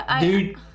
Dude